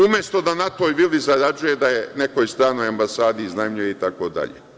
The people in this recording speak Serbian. Umesto da na toj vili zarađuje, da je nekoj stranoj ambasadi iznajmljuje itd.